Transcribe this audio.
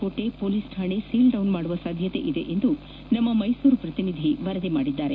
ಕೋಟೆ ಪೊಲೀಸ್ ಕಾಣೆ ಸೀಲ್ಡೌನ್ ಮಾಡುವ ಸಾಧ್ಯತೆ ಇದೆ ಎಂದು ನಮ್ಮ ಮೈಸೂರು ಪ್ರತಿನಿಧಿ ವರದಿ ಮಾಡಿದ್ದಾರೆ